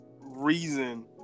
reason